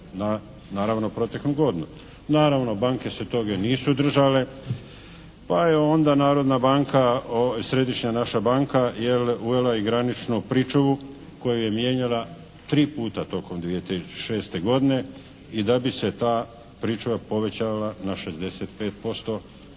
naravno proteklu godinu. Naravno banke se toga nisu držale pa je onda Narodna banka, središnja naša banka uvela i graničnu pričuvu koju je mijenjala tri puta tokom 2006. godine i da bi se ta pričuva povećala na 65% za